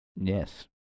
Yes